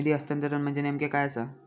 निधी हस्तांतरण म्हणजे नेमक्या काय आसा?